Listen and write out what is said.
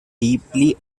deeply